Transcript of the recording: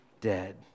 dead